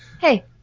hey